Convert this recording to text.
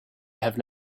have